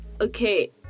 okay